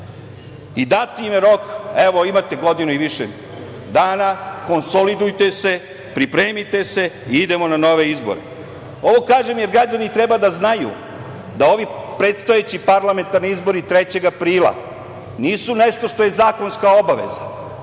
I dat im je rok, evo, imate godinu i više dana, konsolidujte se, pripremite se i idemo na nove izbore. Ovo kažem jer građani treba da znaju da ovi predstojeći parlamentarni izbori 3. aprila nisu nešto što je zakonska obaveza,